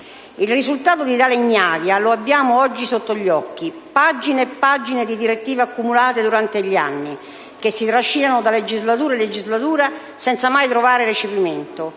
Il risultato di tale ignavia lo abbiamo oggi sotto gli occhi: pagine e pagine di direttive accumulate durante gli anni, che si trascinano di legislatura in legislatura, senza mai trovare recepimento,